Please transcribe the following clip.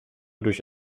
durch